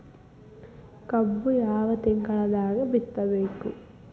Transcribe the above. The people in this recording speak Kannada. ಕಬ್ಬು ಯಾವ ತಿಂಗಳದಾಗ ಬಿತ್ತಬೇಕು?